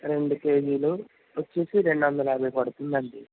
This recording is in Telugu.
రెండు కేజీలు వచ్చి రెండు వందల యభై పడుతుందండి